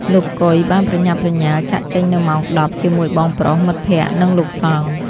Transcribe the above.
លោក កុយ បានប្រញាប់ប្រញាល់ចាកចេញនៅម៉ោង ១០ ជាមួយបងប្រុស មិត្តភក្តិ និងលោកសង្ឃ។